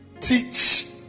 teach